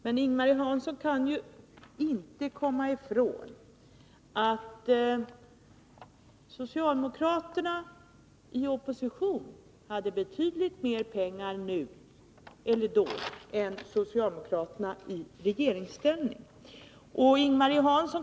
Men Ing-Marie Hansson kan ju inte komma ifrån att socialdemokraterna i opposition hade betydligt mer pengar än vad socialdemokraterna i regeringsställning har.